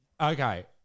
okay